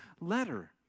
letter